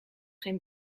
geen